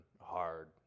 hard